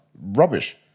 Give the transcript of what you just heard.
rubbish